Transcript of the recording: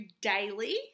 daily